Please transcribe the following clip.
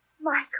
Michael